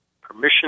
permission